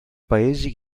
paesi